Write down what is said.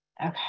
Okay